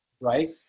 right